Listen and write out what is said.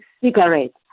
cigarettes